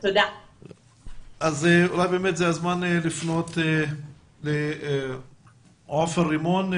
אולי זה הזמן לפנות לד"ר עופר רימון,